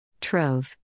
Trove